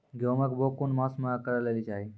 गेहूँमक बौग कून मांस मअ करै लेली चाही?